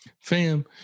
Fam